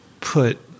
put